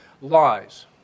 lies